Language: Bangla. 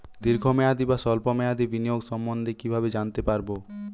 দীর্ঘ মেয়াদি বা স্বল্প মেয়াদি বিনিয়োগ সম্বন্ধে কীভাবে জানতে পারবো?